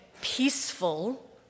peaceful